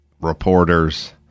reporters